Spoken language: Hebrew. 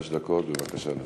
חמש דקות לרשותך.